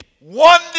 One